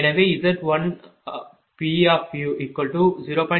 எனவே Z1 p